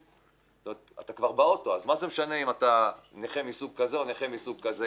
אתה כבר באוטו אז מה משנה אם אתה נכה מסוג כזה או נכה מסוג כזה?